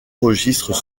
registres